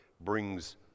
brings